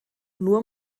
nur